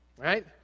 Right